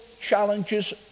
challenges